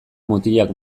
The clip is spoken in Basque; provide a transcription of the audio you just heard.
mutilak